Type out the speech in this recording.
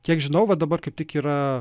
kiek žinau va dabar kaip tik yra